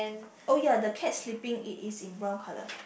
oh ya the cat sleeping it is in brown colour